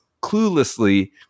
cluelessly